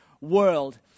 world